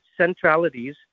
centralities